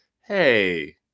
hey